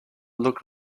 look